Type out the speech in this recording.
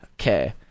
okay